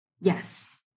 Yes